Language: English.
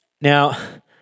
Now